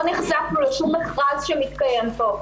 לא נחשפנו לשום מכרז שמתקיים פה.